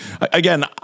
Again